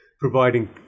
providing